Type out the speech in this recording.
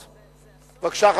1. פוספטים הם תוסף